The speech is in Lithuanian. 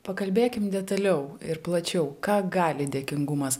pakalbėkim detaliau ir plačiau ką gali dėkingumas